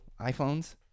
iPhones